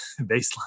baseline